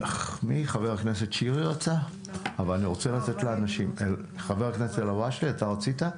חבר הכנסת אלהואשלה, אתה רצית?